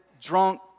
drunk